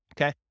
okay